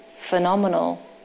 phenomenal